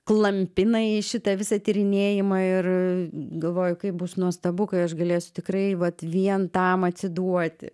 klampina į šitą visą tyrinėjimą ir galvoju kaip bus nuostabu kai aš galėsiu tikrai vat vien tam atsiduoti